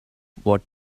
what